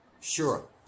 Sure